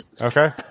Okay